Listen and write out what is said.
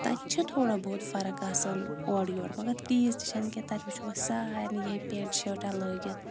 تَتہِ چھِ تھوڑا بہت فرق آسان اورٕ یورٕ مگر تیٖژ تہِ چھَنہٕ کینٛہہ تَتہِ وٕچھو أسۍ سارنی یِہے پٮ۪نٛٹ شٲٹا لٲگِتھ